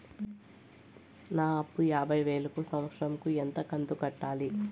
నా అప్పు యాభై వేలు కు సంవత్సరం కు ఎంత కంతు కట్టాలి?